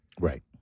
right